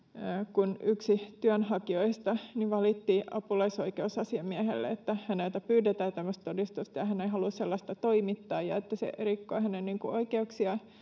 kun yksi työnhakijoista valitti apulaisoikeusasiamiehelle että häneltä pyydetään tämmöistä todistusta ja hän ei halua sellaista toimittaa ja että se rikkoo hänen oikeuksiaan